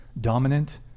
dominant